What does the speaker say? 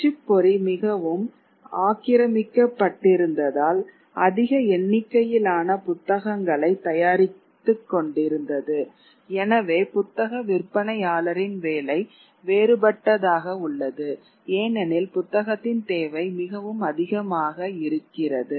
அச்சுப்பொறி மிகவும் ஆக்கிரமிக்கப்பட்டிருந்ததால் அதிக எண்ணிக்கையிலான புத்தகங்களைத் தயாரித்துக் கொண்டிருந்தது எனவே புத்தக விற்பனையாளரின் வேலை வேறுபட்டதாக உள்ளது ஏனெனில் புத்தகத்தின் தேவை மிகவும் அதிகமாக இருக்கிறது